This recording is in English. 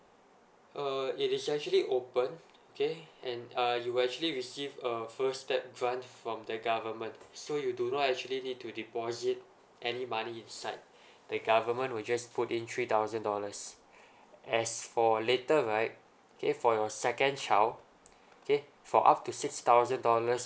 uh it is actually open okay and uh you will actually receive a first step fund from the government so you do not actually need to deposit any money inside the government will just put in three thousand dollars as for later right okay for your second child okay for up to six thousand dollars